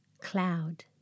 Cloud